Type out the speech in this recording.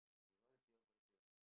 K what is your question